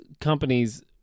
companies